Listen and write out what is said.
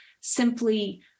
simply